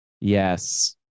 Yes